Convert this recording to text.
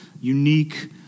unique